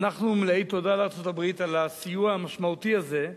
ואנחנו מלאי תודה לארצות-הברית על הסיוע המשמעותי הזה,